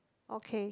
okay